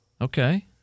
Okay